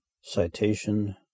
Citation